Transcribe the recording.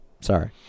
Sorry